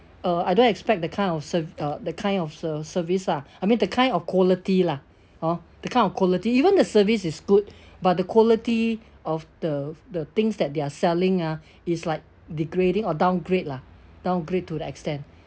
uh I don't expect the kind of servi~ uh the kind of ser~ service ah I mean the kind of quality lah hor the kind of quality even the service is good but the quality of the the things that they are selling ah is like degrading or downgrade lah downgrade to the extent